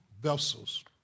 vessels